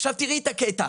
עכשיו תראי את הקטע,